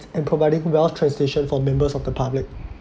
and providing well translation for members of the public